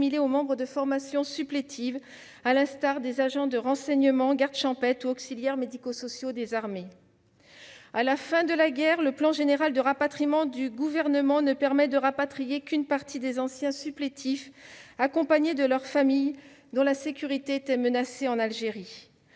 aux membres des formations supplétives, à l'instar des agents de renseignements, des gardes champêtres ou des auxiliaires médico-sociaux des armées. À la fin de la guerre, le plan général de rapatriement du Gouvernement ne permet de rapatrier qu'une partie des anciens supplétifs, accompagnés de leur famille, dont la sécurité était menacée en Algérie.